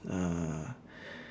ah